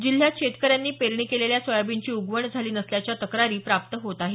जिल्ह्यात शेतकऱ्यांनी पेरणी केलेल्या सोयाबीनची उगवण झाली नसल्याच्या तक्रारी प्राप्त होत आहेत